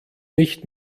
nicht